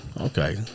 Okay